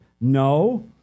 No